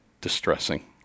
distressing